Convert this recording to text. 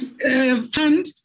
Fund